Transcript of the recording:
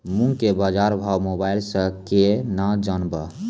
मूंग के बाजार भाव मोबाइल से के ना जान ब?